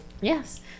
yes